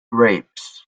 grapes